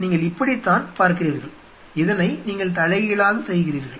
நீங்கள் இப்படித்தான் பார்க்கிறீர்கள் இதனை நீங்கள் தலைகீழாக செய்கிறீர்கள்